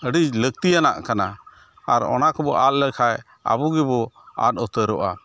ᱟᱹᱰᱤ ᱞᱟᱹᱠᱛᱤᱭᱟᱱᱟᱜ ᱠᱟᱱᱟ ᱟᱨ ᱚᱱᱟᱠᱚᱵᱚ ᱟᱫ ᱞᱮᱠᱷᱟᱱ ᱟᱵᱚᱜᱮᱵᱚ ᱟᱫ ᱩᱛᱟᱹᱨᱚᱜᱼᱟ